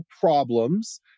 problems